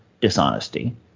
dishonesty